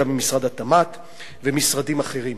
וגם עם משרד התמ"ת ומשרדים אחרים.